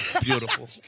Beautiful